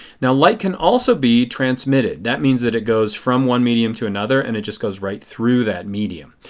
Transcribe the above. now light can also be transmitted. that means that it goes from one medium to another and it just goes right through that medium.